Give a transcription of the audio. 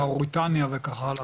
מאוריטניה וכך הלאה.